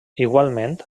igualment